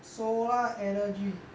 solar energy